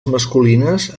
masculines